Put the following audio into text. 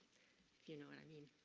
do you know what i mean?